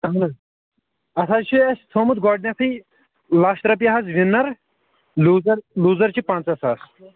اَہَن حظ اَتھ حظ چھُ اَسہِ تھومُت گۄڈنٮ۪تھٕے لَچھ رۄپیہِ حظ وِنَر لوٗزر لوٗزَر چھِ پنٛژاہ ساس